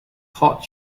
hot